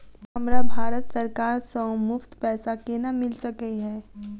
हमरा भारत सरकार सँ मुफ्त पैसा केना मिल सकै है?